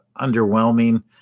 underwhelming